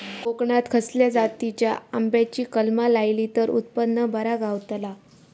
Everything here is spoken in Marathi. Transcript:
कोकणात खसल्या जातीच्या आंब्याची कलमा लायली तर उत्पन बरा गावताला?